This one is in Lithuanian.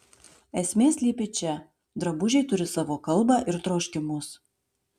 esmė slypi čia drabužiai turi savo kalbą ir troškimus